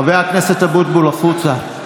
חבר הכנסת אבוטבול, החוצה.